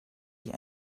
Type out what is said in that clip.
die